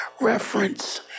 reference